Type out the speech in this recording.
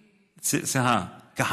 אני יודע, סליחה.